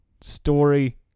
story